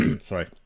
Sorry